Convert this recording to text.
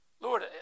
Lord